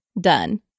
done